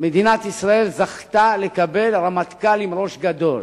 שמדינת ישראל זכתה לקבל רמטכ"ל עם ראש גדול,